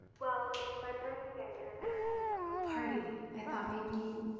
well, it's my birthday and i'm having a little party. i thought maybe,